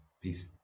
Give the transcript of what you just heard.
peace